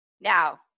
Now